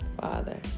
Father